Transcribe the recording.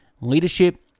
leadership